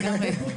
כן, לגמרי.